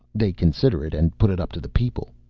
they consider it and put it up to the people.